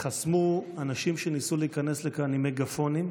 חסמו אנשים שניסו להיכנס לכאן עם מגפונים.